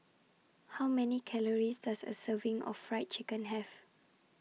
How Many Calories Does A Serving of Fried Chicken Have